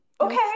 okay